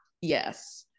Yes